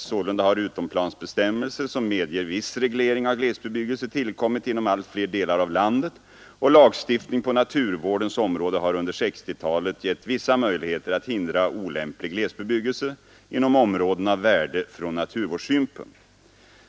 Sålunda har utomplansbestämmelser som medger viss reglering av glesbebyggelse tillkommit inom allt fler delar av landet, och lagstiftning på naturvårdens område har under 1960-talet gett vissa möjligheter att hindra olämplig glesbebyggelse inom områden av värde från naturvårdssynpunkt.